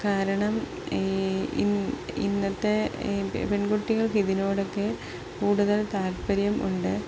കാരണം ഇന്നത്തെ പെൺകുട്ടികൾക്ക് ഇതിനോടൊക്കെ കൂടുതൽ താല്പര്യമുണ്ട്